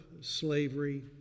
slavery